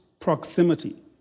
proximity